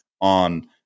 on